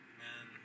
man